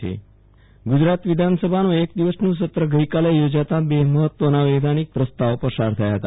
વિરલ રાણા વિધાનસભા સત્ર ગુજરાત વિધાનસભાનું એક દિવસનું સત્ર ગઈકાલે યોજાતા બે મહત્વના વૈધાનિક પ્રસ્તાવ પસાર થયા હતા